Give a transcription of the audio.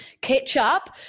Ketchup